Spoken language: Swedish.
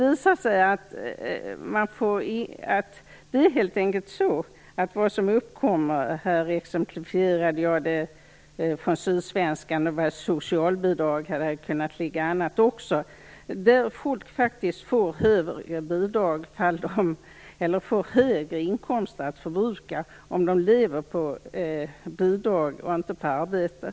Jag tog upp exemplet från Sydsvenskan om socialbidragen, som visade att folk faktiskt får högre inkomster att förbruka om de lever på bidrag och inte på arbete.